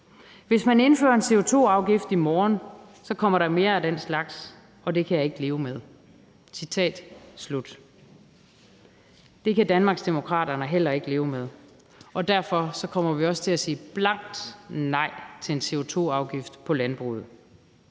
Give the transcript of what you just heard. Hvis man indfører en CO2-afgift i morgen, kommer der mere af den slags, og det kan jeg ikke leve med. Det kan Danmarksdemokraterne heller ikke leve med, og derfor kommer vi også til at sige blankt nej til en CO2-afgift på landbruget.